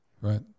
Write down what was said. Right